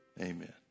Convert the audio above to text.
Amen